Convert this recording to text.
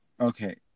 okay